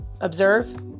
Observe